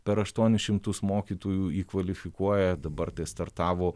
per aštuonis šimtus mokytojų įkvalifikuoja dabar tai startavo